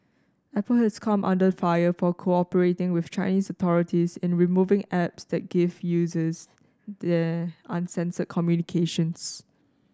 Apple has come under fire for cooperating with Chinese authorities in removing apps that gave users there uncensored communications